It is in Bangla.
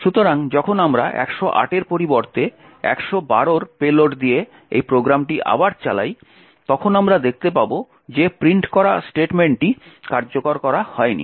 সুতরাং যখন আমরা 108 এর পরিবর্তে 112 এর পে লোড দিয়ে এই প্রোগ্রামটি আবার চালাই তখন আমরা দেখতে পাব যে প্রিন্ট করা স্টেটমেন্টটি কার্যকর করা হয়নি